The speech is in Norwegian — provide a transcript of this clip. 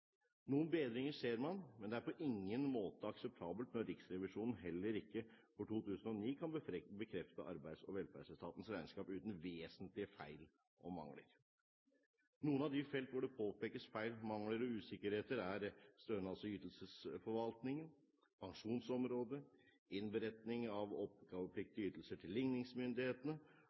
Noen bedringer ser man, men det er på ingen måte akseptabelt når Riksrevisjonen heller ikke for 2009 kan bekrefte at Arbeids- og velferdsetatens regnskap er uten vesentlige feil og mangler. Noen av de felt hvor det påpekes feil, mangler og usikkerhet er stønads- og ytelsesforvaltingen pensjonsområdet innberetning av oppgavepliktige ytelser til ligningsmyndighetene